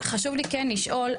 חשוב לי כן לשאול,